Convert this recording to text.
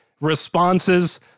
responses